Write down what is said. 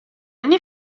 anni